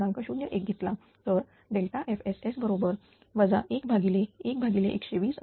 01 घेतला तर FSS 11120 12